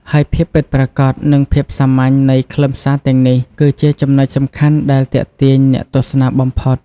ហើយភាពពិតប្រាកដ និងភាពសាមញ្ញនៃខ្លឹមសារទាំងនេះ គឺជាចំណុចសំខាន់ដែលទាក់ទាញអ្នកទស្សនាបំផុត។